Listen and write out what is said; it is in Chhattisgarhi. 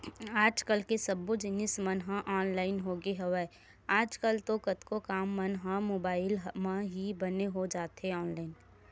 आज कल सब्बो जिनिस मन ह ऑनलाइन होगे हवय, आज कल तो कतको काम मन ह मुबाइल म ही बने हो जाथे ऑनलाइन